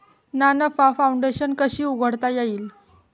ना नफा फाउंडेशन कशी उघडता येईल?